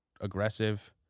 aggressive